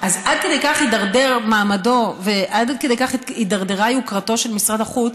אז עד כדי כך הידרדר מעמדו ועד כדי כך הידרדרה יוקרתו של משרד החוץ,